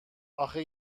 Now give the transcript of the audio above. آخه